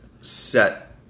set